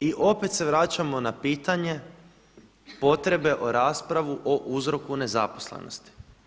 i opet se vraćamo na pitanje potrebe o raspravu o uzroku nezaposlenosti.